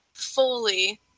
fully